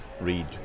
read